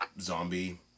zombie